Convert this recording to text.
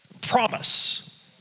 promise